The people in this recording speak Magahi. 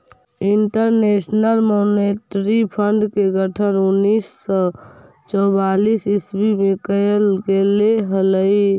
इंटरनेशनल मॉनेटरी फंड के गठन उन्नीस सौ चौवालीस ईस्वी में कैल गेले हलइ